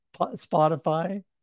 Spotify